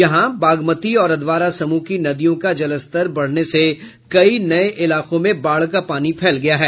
यहां बागमती और अधवारा समूह की नदियों का जलस्तर बढ़ने से कई नये इलाकों में बाढ़ का पानी फैल गया है